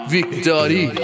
Victory